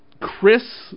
Chris